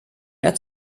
mehr